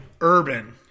Urban